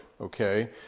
Okay